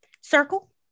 Circle